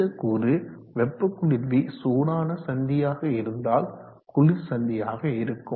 இந்த கூறு வெப்ப குளிர்வி சூடான சந்தியாக இருந்தால் குளிர் சந்தியாக இருக்கும்